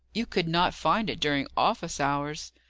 you could not find it during office hours?